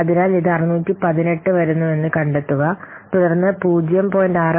അതിനാൽ ഇത് 618 വരുന്നുവെന്ന് കണ്ടെത്തുക തുടർന്ന് 0